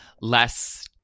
less